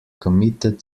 committed